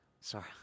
Sorry